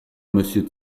monsieur